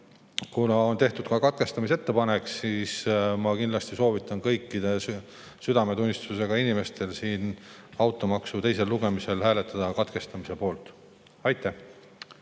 kuna on tehtud ka katkestamisettepanek, siis ma kindlasti soovitan kõikidel südametunnistusega inimestel siin automaksu teisel lugemisel hääletada selle katkestamise poolt. Aitäh!